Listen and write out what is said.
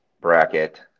bracket